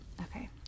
Okay